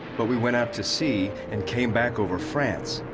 but we went out to sea and came back over france.